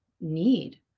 need